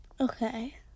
Okay